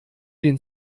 den